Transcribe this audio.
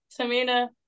Tamina